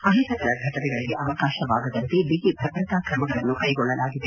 ಅಹಿತಕರ ಘಟನೆಗಳಿಗೆ ಅವಕಾಶವಾಗದಂತೆ ಬಿಗಿ ಭದ್ರತಾ ಕ್ರಮಗಳನ್ನು ಕೈಗೊಳ್ಳಲಾಗಿದೆ